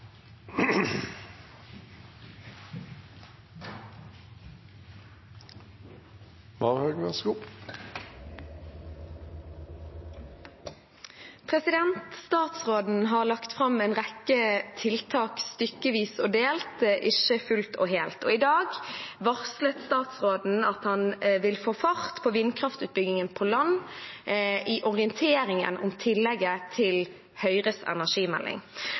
Statsråden har lagt fram en rekke tiltak stykkevis og delt, ikke fullt og helt. I dag varslet statsråden at han vil få fart på vindkraftutbyggingen på land i orienteringen om tillegget til Høyres energimelding.